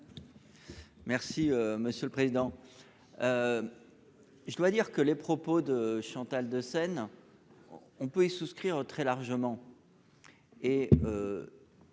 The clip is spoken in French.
Merci monsieur le président. Je dois dire que les propos de Chantal de scène on pouvait souscrire très largement.